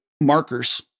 markers